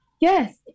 yes